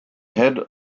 head